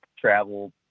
travel